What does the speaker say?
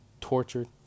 tortured